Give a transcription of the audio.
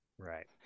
Right